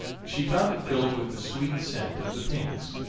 she found it filled with the sweet scent of the pinks,